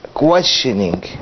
questioning